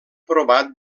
provat